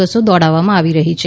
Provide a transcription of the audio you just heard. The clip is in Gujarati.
બસો દોડાવવામાં આવી રહી છે